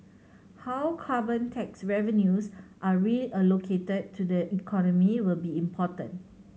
how carbon tax revenues are reallocated to the economy will be important